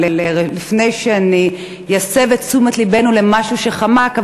אבל לפני שאני אסב את תשומת לבנו למשהו שחמק,